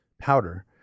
powder